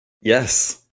Yes